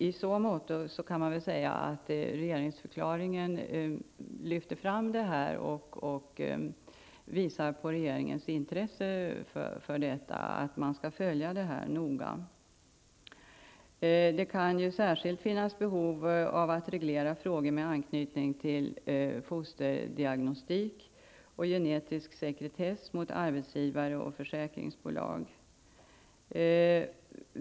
I så måtto kan man säga att regeringsförklaringen lyfte fram det området och visade på regeringens intresse för det och på att regeringen noga skall följa detta. Det kan särskilt finnas behov av att reglera frågor med anknytning till fosterdiagnostik och genetisk sekretess mot arbetsgivare och försäkringsbolag.